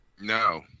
No